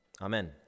Amen